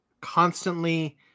constantly